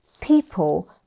people